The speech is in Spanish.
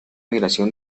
migración